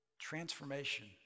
Transformation